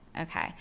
Okay